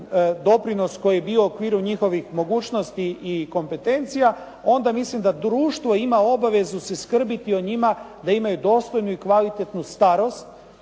doprinos koji je bio u okviru njihovih mogućnosti i kompetencija onda mislim da društvo ima obavezu se skrbiti o njima da imaju dostojnu i kvalitetnu starost,